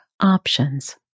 options